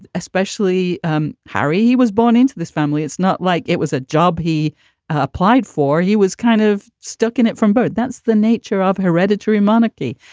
especially um harry, he was born into this family. it's not like it was a job he applied for. he was kind of stuck in it from birth. that's the nature of hereditary monarchy.